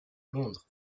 londres